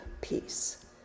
peace